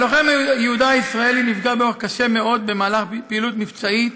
הלוחם יהודה הישראלי נפגע באורח קשה מאוד בפעילות מבצעית,